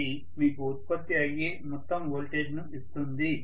అది మీకు ఉత్పత్తి అయ్యే మొత్తం వోల్టేజ్ను ఇస్తుంది